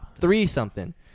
Three-something